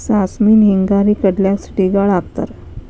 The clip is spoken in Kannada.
ಸಾಸ್ಮಿನ ಹಿಂಗಾರಿ ಕಡ್ಲ್ಯಾಗ ಸಿಡಿಗಾಳ ಹಾಕತಾರ